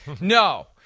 No